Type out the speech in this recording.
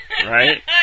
Right